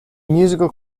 musical